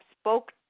spoke